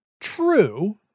true